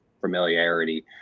familiarity